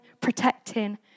protecting